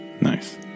Nice